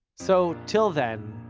so till then,